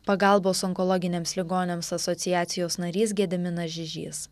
pagalbos onkologiniams ligoniams asociacijos narys gediminas žižys